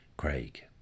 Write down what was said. Craig